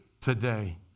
Today